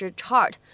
chart